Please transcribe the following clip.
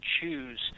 choose